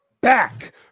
back